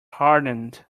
hardened